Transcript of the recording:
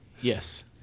Yes